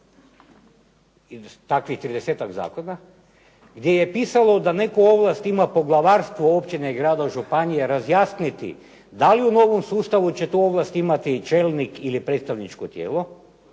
takvih 30-tak zakona gdje je pisalo da neku ovlast ima poglavarstvo općine, grada, županije razjasniti da li u novom sustavu će tu ovlast imati čelnik ili predstavničko tijelo,